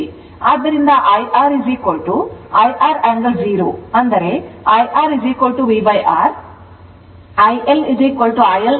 ಆದ್ದರಿಂದ IR IR angle 0 ಅಂದರೆ IRVR ILIL angle 90o ಆಗಿದೆ